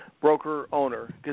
broker-owner